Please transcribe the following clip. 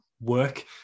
work